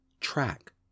Track